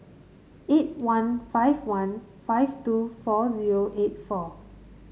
eight one five one five two four zero eight four